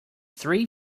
three